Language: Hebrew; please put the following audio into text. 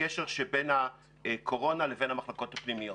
הקשר שבין הקורונה לבין המחלקות הפנימיות.